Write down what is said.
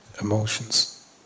emotions